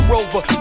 Rover